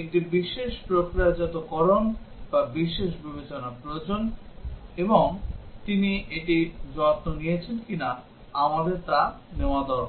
একটি বিশেষ প্রক্রিয়াজাতকরণ বা বিশেষ বিবেচনা প্রয়োজন এবং তিনি এটি যত্ন নিয়েছেন কিনা আমাদের তা নেওয়া দরকার